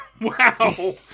Wow